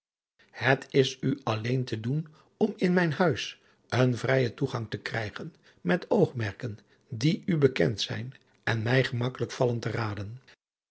hillegonda buisman u alleen te doen om in mijn huis een vrijen toegang te krijgen met oogmerken die u bekend zijn en mij gemakkelijk vallen te raden